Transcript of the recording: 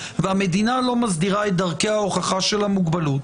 והמדינה לא מסדירה את דרכי ההוכחה של המוגבלות,